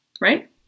right